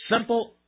simple